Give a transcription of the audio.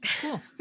Cool